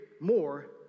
more